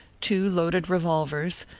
two loaded revolvers,